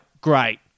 great